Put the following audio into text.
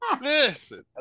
Listen